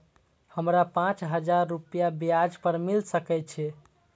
हमरा पाँच हजार रुपया ब्याज पर मिल सके छे?